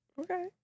Okay